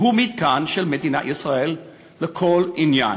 שהוא מתקן של מדינת ישראל לכל עניין.